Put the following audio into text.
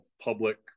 public